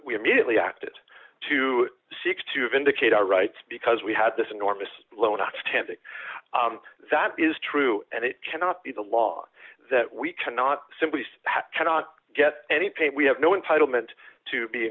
we immediately acted to seek to vindicate our rights because we had this enormous loan outstanding that is true and it cannot be the law that we cannot simply cannot get any pay we have no entitlement to be